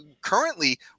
currently